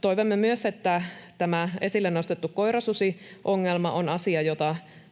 Toivomme myös, että tämä esille nostettu koirasusiongelma on asia,